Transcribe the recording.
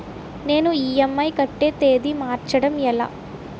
నేను ఇ.ఎం.ఐ కట్టే తేదీ మార్చడం ఎలా?